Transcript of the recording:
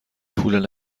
پول